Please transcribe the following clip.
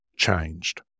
changed